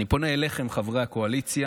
אני פונה אליכם, חברי הקואליציה,